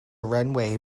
runway